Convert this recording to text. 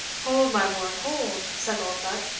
hold, my lord hold! said oldbuck,